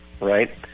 right